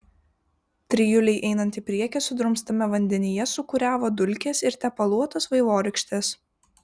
trijulei einant į priekį sudrumstame vandenyje sūkuriavo dulkės ir tepaluotos vaivorykštės